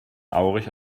aurich